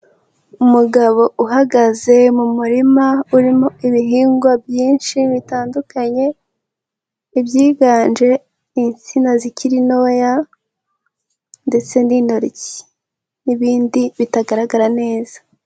Umugabo uhagaze mu murima urimo ibihingwa byinshi bitandukanye, ibyiganje, insina zikiri ntoya ,ndetse n'intoryi n'ibindi bitagaragara neza.